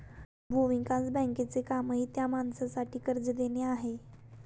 भूविकास बँकेचे कामही त्या माणसासाठी कर्ज देणे हे आहे